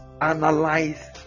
analyze